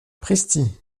pristi